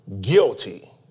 guilty